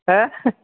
हाह